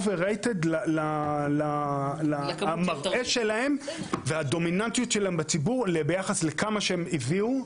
overrated המראה שלהן והדומיננטיות שלהן בציבור ביחס לכמה שהן הביאו,